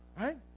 Right